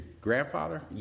grandfather